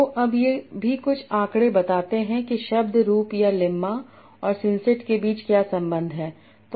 तो अब ये भी कुछ आंकड़े बताते हैं कि शब्द रूप या लेम्मा और सिंसेट के बीच क्या संबंध है